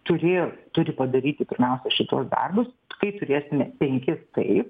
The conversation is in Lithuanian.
turėjo turi padaryti pirmiausia šituos darbus kai turėsime penkis taip